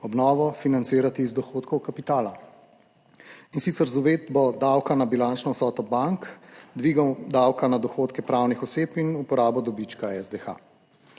obnovo financirati iz dohodkov kapitala, in sicer z uvedbo davka na bilančno vsoto bank, dvigom davka na dohodke pravnih oseb in uporabo dobička SDH.